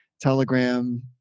telegram